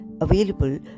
available